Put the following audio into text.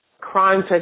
crime